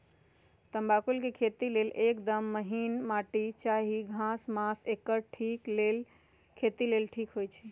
तमाकुल के खेती लेल एकदम महिन माटी चाहि माघ मास एकर खेती लेल ठीक होई छइ